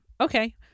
okay